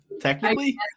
Technically